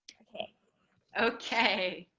okay okay